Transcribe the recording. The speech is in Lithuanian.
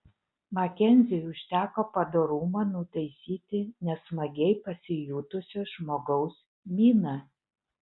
makenziui užteko padorumo nutaisyti nesmagiai pasijutusio žmogaus miną